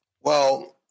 Well-